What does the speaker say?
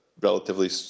relatively